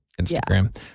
Instagram